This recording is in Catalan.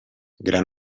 gran